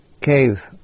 cave